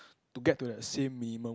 to get to the same minimum